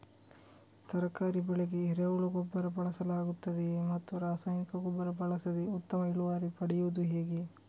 ತರಕಾರಿ ಬೆಳೆಗೆ ಎರೆಹುಳ ಗೊಬ್ಬರ ಬಳಸಲಾಗುತ್ತದೆಯೇ ಮತ್ತು ರಾಸಾಯನಿಕ ಗೊಬ್ಬರ ಬಳಸದೆ ಉತ್ತಮ ಇಳುವರಿ ಪಡೆಯುವುದು ಹೇಗೆ?